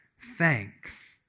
thanks